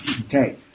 Okay